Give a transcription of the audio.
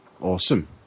Awesome